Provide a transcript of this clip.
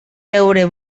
veure